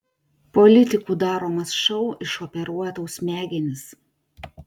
politikų daromas šou išoperuoja tau smegenis